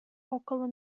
около